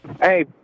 hey